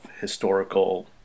historical